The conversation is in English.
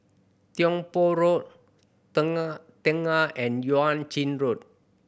Tiong Poh Road Tengah and Yuan Ching Road